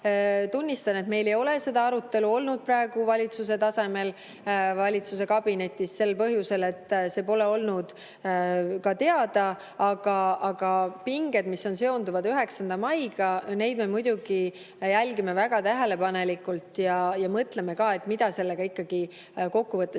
Tunnistan, et meil ei ole seda arutelu olnud valitsuse tasemel, valitsuskabinetis, sel põhjusel, et see pole olnud ka teada. Aga pingeid, mis seonduvad 9. maiga, me muidugi jälgime väga tähelepanelikult ja mõtleme, mida ikkagi kokkuvõttes